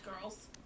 girls